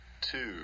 two